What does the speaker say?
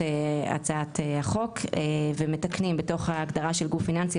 הצעת החוק ומתקנים בתוך הגדרה של גוף פיננסי,